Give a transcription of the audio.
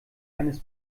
eines